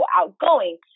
outgoing